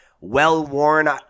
well-worn